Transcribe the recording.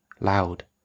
loud